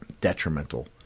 detrimental